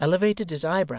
elevated his eyebrows,